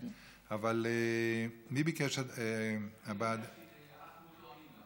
אבל מי ביקש הבעת דעה?